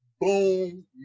Boom